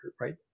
right